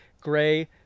gray